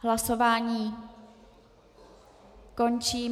Hlasování končím.